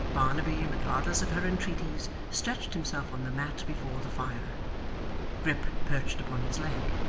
barnaby, regardless of her entreaties, stretched himself on the mat before the fire grip perched upon his leg,